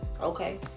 Okay